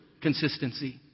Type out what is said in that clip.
consistency